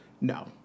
No